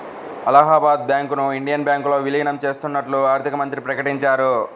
అలహాబాద్ బ్యాంకును ఇండియన్ బ్యాంకులో విలీనం చేత్తన్నట్లు ఆర్థికమంత్రి ప్రకటించారు